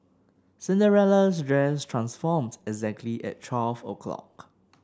Cinderella's dress transformed exactly at twelve o' clock